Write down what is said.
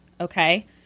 okay